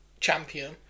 champion